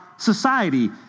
society